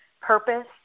purpose